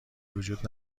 وجود